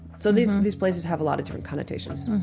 so these these places have a lot of different connotations